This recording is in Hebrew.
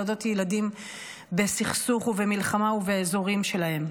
ילדות וילדים בסכסוך ובמלחמה ובאזורים שלהם.